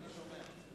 אני שומע.